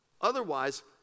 otherwise